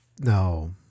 no